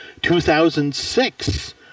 2006